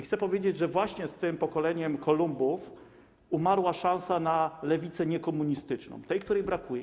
Chcę powiedzieć, że właśnie z pokoleniem Kolumbów umarła szansa na lewicę niekomunistyczną, tę, której brakuje.